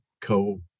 co